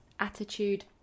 attitude